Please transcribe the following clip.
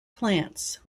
plants